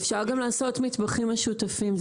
אפשר גם לעשות מטבחים משותפים,